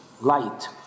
light